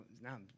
now